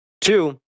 Two